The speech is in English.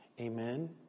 Amen